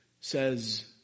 says